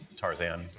Tarzan